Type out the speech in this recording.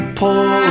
pull